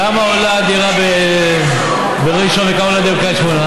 כמה עולה דירה בראשון וכמה עולה בקריית שמונה?